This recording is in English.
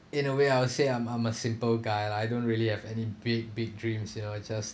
in a way I would say I'm I'm a simple guy lah I don't really have any big big dreams you know just